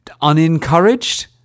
Unencouraged